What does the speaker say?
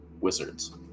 wizards